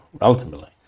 ultimately